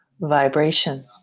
vibration